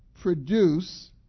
produce